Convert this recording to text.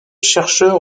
chercheurs